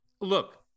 look